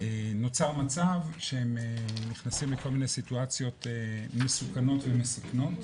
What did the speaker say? נוצר מצב שהם נכנסים לכל מיני סיטואציות מסוכנות ומסכנות